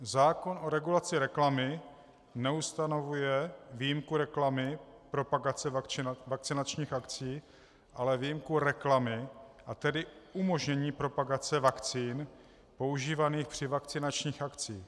Zákon o regulaci reklamy neustanovuje výjimku reklamy propagace vakcinačních akcí, ale výjimku reklamy, a tedy umožnění propagace vakcín používaných při vakcinačních akcích.